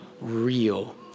real